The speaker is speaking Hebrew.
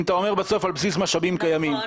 אתה אומר בסוף 'על בסיס משאבים קיימים'.